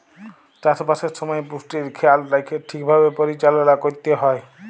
চাষবাসের সময় পুষ্টির খেয়াল রাইখ্যে ঠিকভাবে পরিচাললা ক্যইরতে হ্যয়